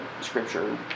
Scripture